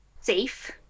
safe